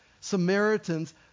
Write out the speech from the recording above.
Samaritans